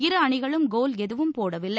இருஅணிகளும் goal எதுவும் போடவில்லை